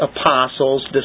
apostles